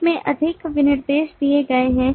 site में अधिक विनिर्देश दिए गए हैं